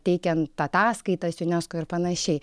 teikiant ataskaitas junesko ir panašiai